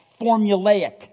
formulaic